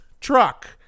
truck